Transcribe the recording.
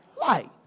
Light